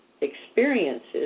experiences